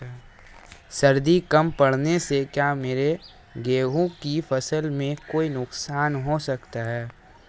सर्दी कम पड़ने से क्या मेरे गेहूँ की फसल में कोई नुकसान हो सकता है?